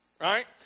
right